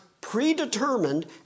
predetermined